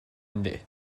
ynddi